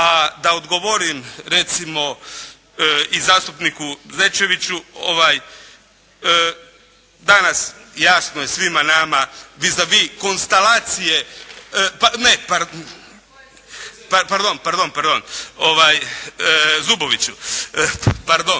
A da odgovorim, recimo i zastupniku Zečeviću, danas jasno je svima nama vis a vis, ne pardon Zuboviću, ali